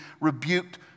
rebuked